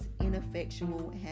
ineffectual